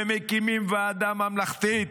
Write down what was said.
ומקימים ועדה ממלכתית.